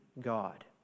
God